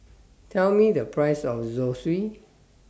Tell Me The Price of Zosui